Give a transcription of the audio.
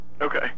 Okay